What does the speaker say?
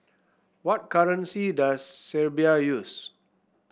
what currency does Serbia use